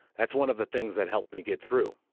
that's one of the things that helped me get through,